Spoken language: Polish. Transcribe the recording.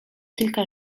kilka